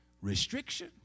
restriction